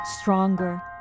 stronger